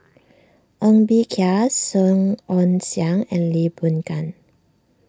Ng Bee Kia Song Ong Siang and Lee Boon Ngan